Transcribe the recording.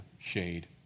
shade